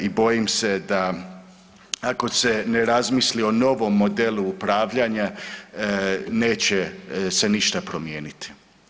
I bojim se da ako se ne razmisli o novom modelu upravljanja neće se ništa promijeniti.